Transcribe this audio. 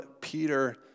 Peter